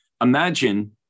Imagine